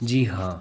जी हाँ